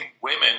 women